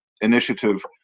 initiative